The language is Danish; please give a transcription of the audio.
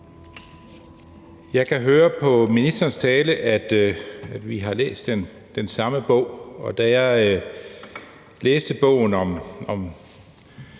Jeg kan høre på ministerens tale, at vi har læst den samme bog. Da jeg læste bogen om